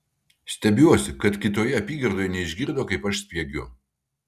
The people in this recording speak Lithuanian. stebiuosi kad kitoje apygardoje neišgirdo kaip aš spiegiau